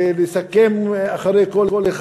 לסכם אחרי כל אחד.